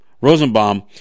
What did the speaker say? Rosenbaum